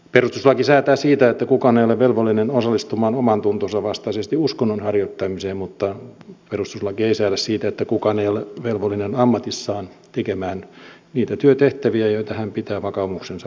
perustuslaki säätää siitä että kukaan ei ole velvollinen osallistumaan omantuntonsa vastaisesti uskonnon harjoittamiseen mutta perustuslaki ei säädä siitä että kukaan ei ole velvollinen ammatissaan tekemään niitä työtehtäviä joita hän pitää vakaumuksensa vastaisina